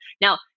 Now